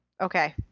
okay